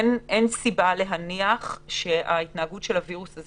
אין סיבה להניח שההתנהגות של הווירוס הזה